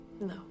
No